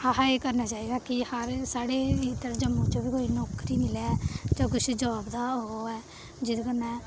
असें एह् करना चाहिदा कि हर साढ़े इद्धर जम्मू च बी कोई नौकरी मिलै जां कुछ जाब दा ओह् होऐ जेह्दे कन्नै